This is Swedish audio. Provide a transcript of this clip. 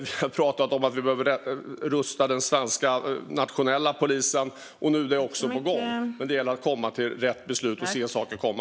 Vi har pratat om att vi behöver rusta den svenska, nationella polisen, och nu är det också på gång. Men det gäller att komma fram till rätt beslut och se saker komma.